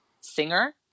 singer